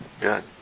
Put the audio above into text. Good